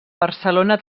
barcelona